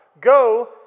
Go